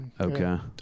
Okay